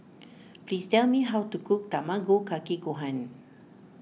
please tell me how to cook Tamago Kake Gohan